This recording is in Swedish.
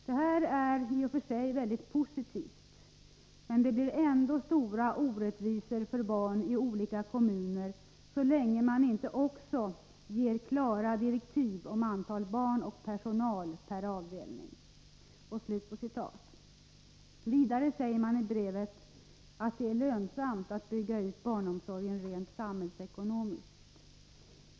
Detta är i och för sig väldigt positivt men det blir ändå stora orättvisor för barn i olika kommuner så länge man inte också ger klara direktiv om antal barn och personal per avdelning.” Vidare säger man i brevet att det är lönsamt rent samhällsekonomiskt att bygga ut barnomsorgen.